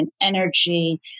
energy